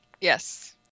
Yes